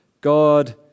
god